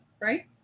right